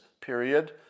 period